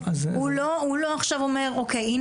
הוא לא עכשיו אומר או.קיי.,